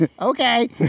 Okay